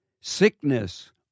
sickness